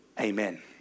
Amen